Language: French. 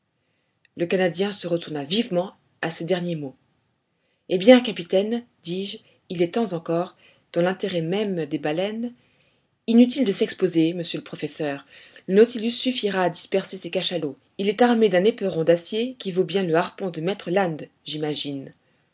le canadien se retourna vivement à ces derniers mots eh bien capitaine dis-je il est temps encore dans l'intérêt même des baleines inutile de s'exposer monsieur le professeur le nautilus suffira à disperser ces cachalots il est armé d'un éperon d'acier qui vaut bien le harpon de maître land j'imagine